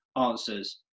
answers